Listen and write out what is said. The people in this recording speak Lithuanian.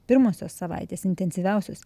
pirmosios savaitės intensyviausios